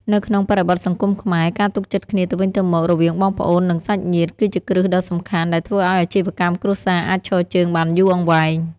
នៅក្នុងបរិបទសង្គមខ្មែរ ការទុកចិត្តគ្នាទៅវិញទៅមករវាងបងប្អូន និងសាច់ញាតិ គឺជាគ្រឹះដ៏សំខាន់ដែលធ្វើឱ្យអាជីវកម្មគ្រួសារអាចឈរជើងបានយូរអង្វែង។